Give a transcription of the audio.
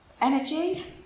Energy